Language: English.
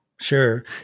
Sure